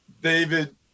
david